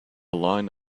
line